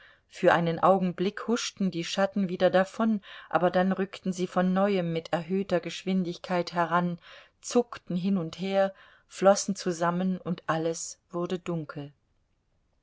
für einen augenblick huschten die schatten wieder davon aber dann rückten sie von neuem mit erhöhter geschwindigkeit heran zuckten hin und her flossen zusammen und alles wurde dunkel